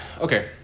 okay